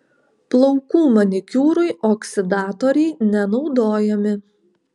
plaukų manikiūrui oksidatoriai nenaudojami